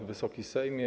Wysoki Sejmie!